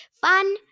Fun